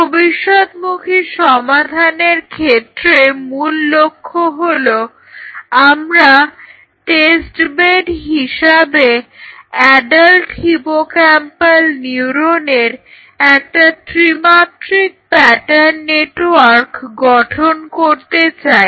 ভবিষ্যৎমুখী সমাধানের ক্ষেত্রে মূল লক্ষ্য হলো আমরা টেস্ট বেড হিসাবে অ্যাডাল্ট হিপোক্যাম্পাল নিউরনের একটা ত্রিমাত্রিক প্যাটার্ন নেটওয়ার্ক গঠন করতে চাই